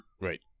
right